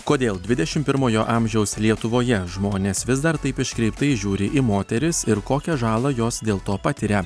kodėl dvidešimt pirmojo amžiaus lietuvoje žmonės vis dar taip iškreiptai žiūri į moteris ir kokią žalą jos dėl to patiria